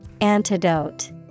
Antidote